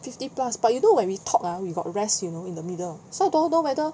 fifty plus but you know when we talk ah we got rest in the middle so don't know whether